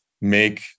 make